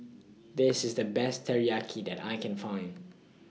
This IS The Best Teriyaki that I Can Find